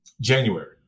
January